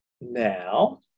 Now